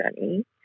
journey